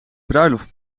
bruiloft